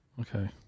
Okay